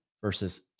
versus